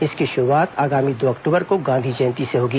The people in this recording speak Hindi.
इसकी शुरूआत आगामी दो अक्टबर को गांधी जयती से होगी